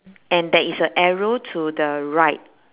and there is a arrow to the right